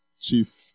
chief